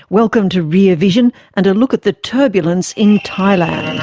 welcome to rear vision and a look at the turbulence in thailand.